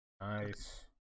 Nice